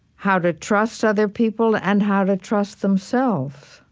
how to trust other people and how to trust themselves.